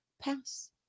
pass